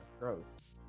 throats